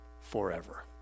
forever